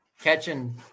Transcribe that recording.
catching